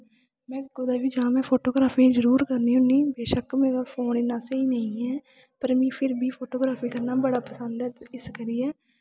में कुदै बी जांऽ में फोटोग्राफ्री जरूर करनी होन्नीं बेशक्क मेरा फोन इन्ना स्हेई निं ऐ पर मी फिर बी फोटोग्राफरी करनी बड़ा पसंद ऐ ते इस करियै